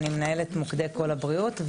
אני מנהלת מוקדי קול הבריאות,